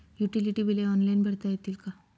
Utility बिले online भरता येतील का?